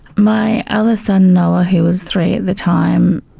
my other son noah who was three at the time,